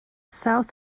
south